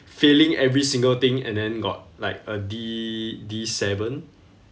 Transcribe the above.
failing every single thing and then got like a D D seven